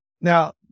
Now